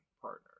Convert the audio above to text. partner